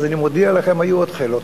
אז אני מזכיר לכם שהיו עוד חילות.